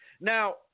Now